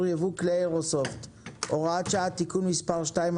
ייבוא כלי איירסופט) (הוראת שעה) (תיקון מס' 2),